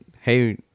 hey